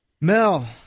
Mel